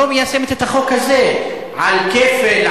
המשטרה לא מיישמת את החוק הזה על כפל,